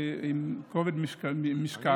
עם כובד משקל.